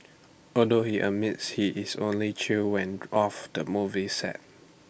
although he admits he is only chill when off the movie set